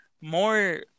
more